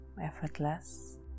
effortless